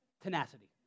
tenacity